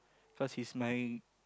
cause he's my